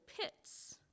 pits